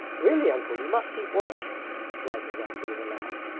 really, uncle! you must keep watch replied nazarka with a laugh.